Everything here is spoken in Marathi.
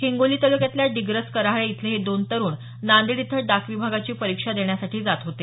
हिंगोली तालुक्यातल्या डिग्रस कर्हाळे इथले हे दोन तरुण नांदेड इथं डाक विभागाची परिक्षा देण्यासाठी जात होते